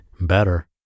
better